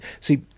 See